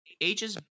ages